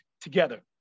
together